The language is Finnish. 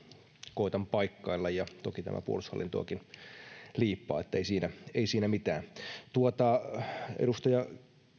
koetan paikkailla ja toki tämä puolustushallintoakin liippaa että ei siinä mitään edustaja